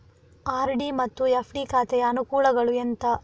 RD ಮತ್ತು FD ಖಾತೆಯ ಅನುಕೂಲಗಳು ಎಂತ?